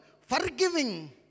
forgiving